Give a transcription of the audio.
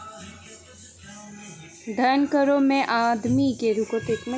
धन करो मे आदमी के पैसा, अचल संपत्ति, बीमा आरु पेंशन योजना मे संपत्ति इ सभ शामिल रहै छै